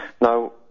now